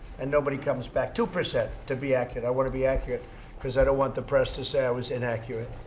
and nobody comes back. two percent, to be accurate. i want to be accurate because i don't want the press to say i was inaccurate.